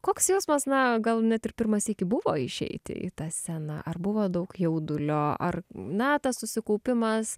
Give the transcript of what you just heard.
koks jausmas na gal net ir pirmą sykį buvo išeiti į tą sceną ar buvo daug jaudulio ar na tas susikaupimas